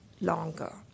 longer